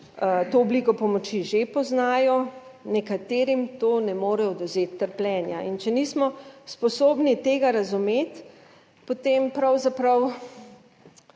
to obliko pomoči že poznajo, nekaterim to ne more odvzeti trpljenja. In če nismo sposobni tega razumeti, potem pravzaprav